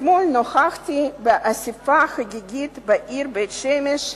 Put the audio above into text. אתמול נכחתי באספה חגיגית בעיר בית-שמש,